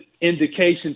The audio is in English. indication